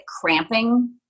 cramping